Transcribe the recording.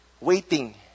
Waiting